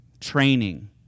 Training